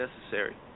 necessary